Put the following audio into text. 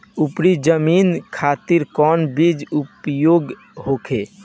उपरी जमीन खातिर कौन बीज उपयोग होखे?